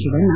Shivanna